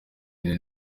bintu